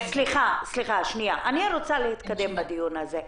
סליחה, אני רוצה להתקדם בדיון הזה.